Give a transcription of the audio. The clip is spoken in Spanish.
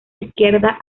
izquierda